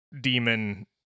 demon